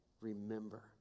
remember